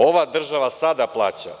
Ova država sada plaća.